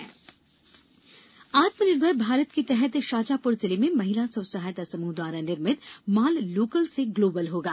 स्व सहायाता समूह आत्मनिर्भर भारत की तहत शाजापुर जिले में महिला स्व सहायता समूह द्वारा निर्मित माल लोकल से ग्लोबल होगा